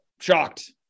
Shocked